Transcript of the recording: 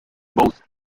both